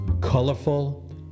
colorful